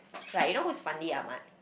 like you know who is Fandi-Ahmad